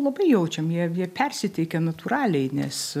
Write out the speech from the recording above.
labai jaučiam jie jie persiteikia natūraliai nes